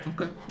Okay